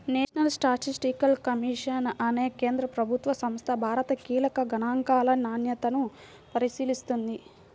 national statistical commission అనే కేంద్ర ప్రభుత్వ సంస్థ భారత కీలక గణాంకాల నాణ్యతను పరిశీలిస్తుంది